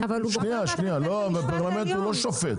אבל הפרלמנט הוא לא שופט.